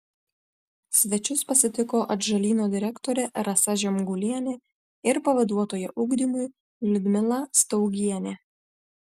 svečius pasitiko atžalyno direktorė rasa žemgulienė ir pavaduotoja ugdymui liudmila staugienė